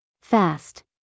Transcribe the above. Fast